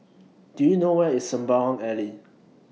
Do YOU know Where IS Sembawang Alley